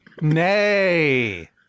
Nay